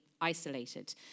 isolated